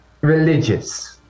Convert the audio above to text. religious